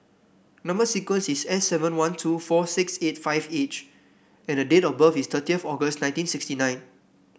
number sequence is S seven one two four six eight five H and the date of birth is thirty of August nineteen sixty nine